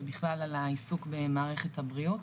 עם כל הכבוד לשר הבריאות,